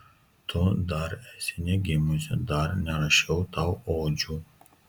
tu dar esi negimusi dar nerašiau tau odžių